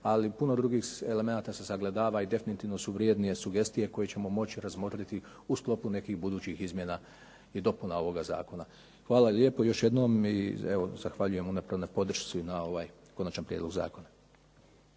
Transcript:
ali puno drugih elemenata se sagledava i definitivno su vrijednije sugestije koje ćemo moći razmotriti u sklopu nekih budućih izmjena i dopuna ovoga zakona. Hvala lijepo još jednom i evo zahvaljujem unaprijed na podršci na ovaj konačan prijedlog zakona.